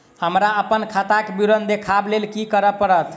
हमरा अप्पन खाताक विवरण देखबा लेल की करऽ पड़त?